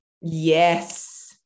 Yes